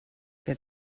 wer